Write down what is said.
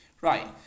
Right